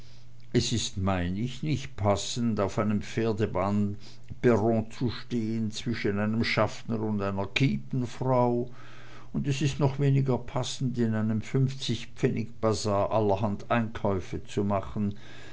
es ist mein ich nicht passend auf einem pferdebahnperron zu stehen zwischen einem schaffner und einer kiepenfrau und es ist noch weniger passend in einem fünfzigpfennigbazar allerhand einkäufe zu machen